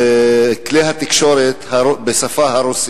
בכלי התקשורת בשפה הרוסית.